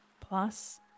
plus